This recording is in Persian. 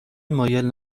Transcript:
مایل